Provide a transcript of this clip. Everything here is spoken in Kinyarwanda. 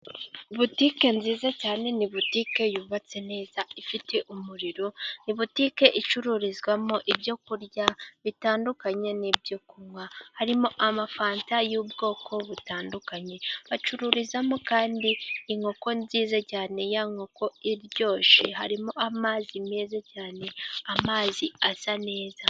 Butike nziza cyane ni butike yubatse ifite umuriro. Ni butike icururizwamo ibyorya bitandukanye, n'ibyo kunywa harimo amafanta y'ubwoko butandukanye, acururizamo kandi inkoko nziza cyane ya nkoko iryoshye, harimo amazi meza cyane amazi asa neza.